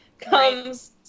comes